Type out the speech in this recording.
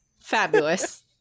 Fabulous